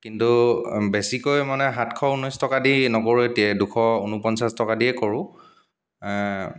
কিন্তু বেছিকৈ মানে সাতশ ঊনৈছ টকাদি নকৰোঁ তে দুশ ঊনপঞ্চাছ টকা দিয়েই কৰোঁ